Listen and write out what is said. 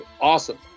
awesome